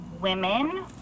women